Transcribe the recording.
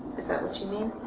is that what you mean?